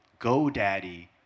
GoDaddy